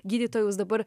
gydytoja jūs dabar